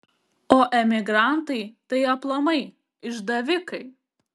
o emigrantai tai aplamai išdavikai